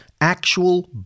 actual